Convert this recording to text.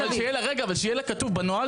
אבל שיהיה לה, רגע, ושיהיה לה כתוב בנוהל.